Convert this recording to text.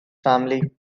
family